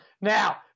Now